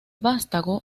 vástago